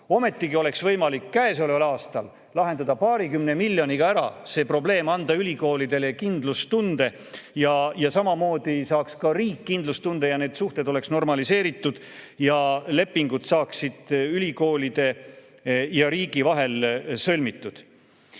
Ometi oleks võimalik käesoleval aastal see probleem paarikümne miljoniga ära lahendada, anda ülikoolidele kindlustunne. Samamoodi saaks ka riik kindlustunde, suhted oleksid normaliseeritud ning lepingud saaksid ülikoolide ja riigi vahel sõlmitud.